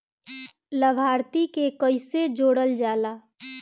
लभार्थी के कइसे जोड़ल जाला?